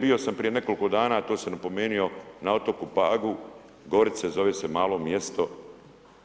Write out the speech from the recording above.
Bio sam prije nekoliko dana, to sam napomenuo na otoku Pagu, Gorice zove se, malo mjesto